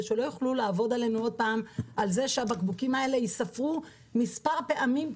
שלא יוכלו לעבוד עלינו שוב שהבקבוקים האלה ייספרו כמה פעמים.